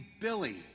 Billy